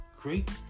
great